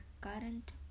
current